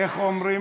איך אומרים?